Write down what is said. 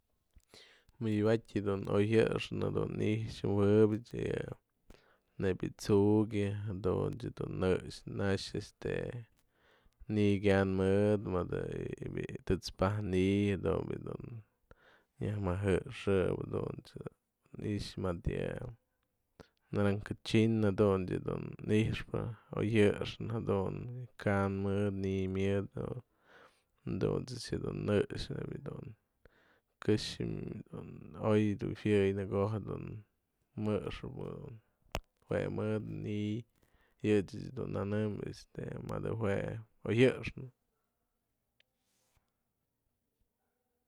Mëdyëbë ja'at oygëxnë i'ixë jë'ëwëp yë nebya yë tsu'ukyë jadun dun një'ëx ana'ax este ni'iy kyan mëdë yë bi'i të'ëts pajk ni'iy jadun bi'i dun myaj më jëxë'ëp dunt's i'ixë ma'ad yë naranja china jadunt's yë dun i'ixpë oygëxnë jadun ka'an mëdë ni'iy mëdë dunt's dun një'ëx nebya dun këxë dun oy ya'awëy në ko'o dun jë'ëxëp jue mëdë ni'iy yë ech dun nëdnëm este mëdë jue oygëxnë.